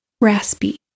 Raspy